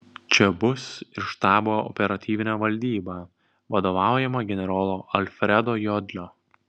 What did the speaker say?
čia bus ir štabo operatyvinė valdyba vadovaujama generolo alfredo jodlio